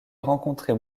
rencontrait